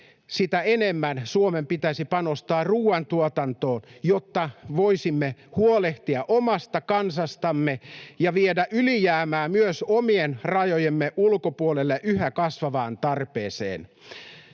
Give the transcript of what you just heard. sitä enemmän Suomen pitäisi panostaa ruuantuotantoon, jotta voisimme huolehtia omasta kansastamme ja viedä ylijäämää myös omien rajojemme ulkopuolelle yhä kasvavaan tarpeeseen.